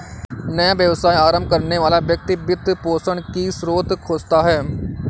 नया व्यवसाय आरंभ करने वाला व्यक्ति वित्त पोषण की स्रोत खोजता है